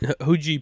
OG